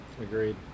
Agreed